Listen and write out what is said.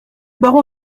baron